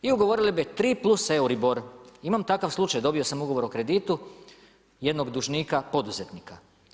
I ugovorile bi 3+ EURIBOR, imam takav slučaj, dobio sam ugovor o kreditu, jednog dužnika poduzetnika.